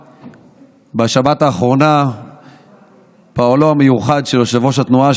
בשבת האחרונה פועלו המיוחד של יושב-ראש התנועה